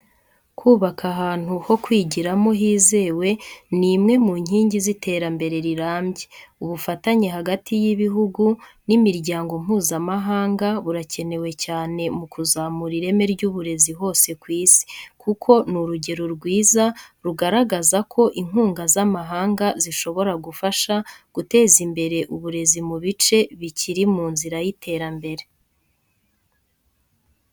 Kubaka ahantu ho kwigiramo hizewe ni imwe mu nkingi z’iterambere rirambye. Ubufatanye hagati y’ibihugu n’imiryango mpuzamahanga burakenewe cyane mu kuzamura ireme ry’uburezi hose ku isi. Kuko ni urugero rwiza rugaragaza uko inkunga z’amahanga zishobora gufasha guteza imbere uburezi mu bice bikiri mu nzira y’iterambere.